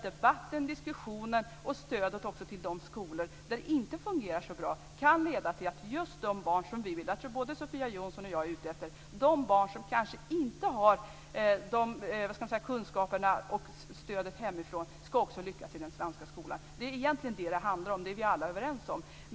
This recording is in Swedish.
Debatten, diskussionen och stödet till de skolor där det inte fungerar så bra kan leda till att de barn som både Sofia Jonsson och jag är ute efter, nämligen de barn som kanske inte har tillräckliga kunskaper och tillräckligt stöd hemifrån, också ska lyckas i den svenska skolan. Det är egentligen detta som det handlar om - det är vi alla överens om.